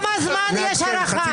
אתה מוציא אותי סתם פעם אחר פעם,